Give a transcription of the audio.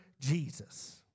Jesus